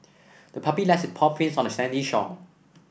the puppy left its paw prints on the sandy shore